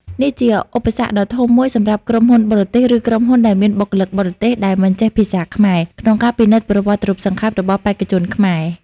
នេះជាឧបសគ្គដ៏ធំមួយសម្រាប់ក្រុមហ៊ុនបរទេស ឬក្រុមហ៊ុនដែលមានបុគ្គលិកបរទេសដែលមិនចេះភាសាខ្មែរ ក្នុងការពិនិត្យប្រវត្តិរូបសង្ខេប របស់បេក្ខជនខ្មែរ។